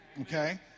okay